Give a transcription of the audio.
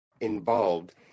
involved